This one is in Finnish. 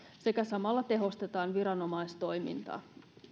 sekä samalla tehostetaan viranomaistoimintaa